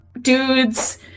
dudes